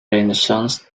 renaissance